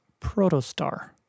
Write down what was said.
protostar